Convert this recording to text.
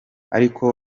ariko